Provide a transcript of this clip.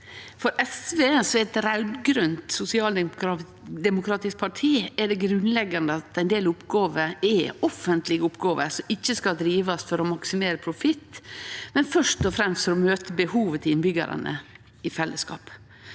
parti, er det grunnleggjande at ein del oppgåver er offentlege oppgåver som ikkje skal drivast for å maksimere profitt, men først og fremst for å møte behovet til innbyggjarane i fellesskap.